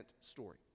story